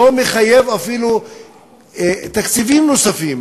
על-ידי הצוות לא מחייבים אפילו תקציבים נוספים,